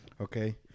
Okay